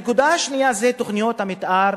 הנקודה השנייה היא תוכניות המיתאר,